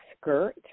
skirt